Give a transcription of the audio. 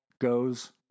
goes